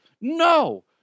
No